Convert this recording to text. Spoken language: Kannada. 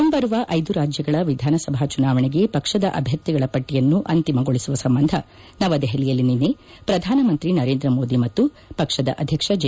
ಮುಂಬರುವ ಐದು ರಾಜ್ಯಗಳ ವಿಧಾನಸಭಾ ಚುನಾವಣೆಗೆ ಪಕ್ಷದ ಅಭ್ಯರ್ಥಿಗಳ ಪಟ್ಟಿಯನ್ನು ಅಂತಿಮಗೊಳಿಸುವ ಸಂಬಂಧ ನವದೆಪಲಿಯಲ್ಲಿ ನಿನ್ನೆ ಪ್ರಧಾನಮಂತ್ರಿ ನರೇಂದ್ರ ಮೋದಿ ಮತ್ತು ಪಕ್ಷದ ಅಧ್ಯಕ್ಷ ಜೆ